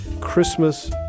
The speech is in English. Christmas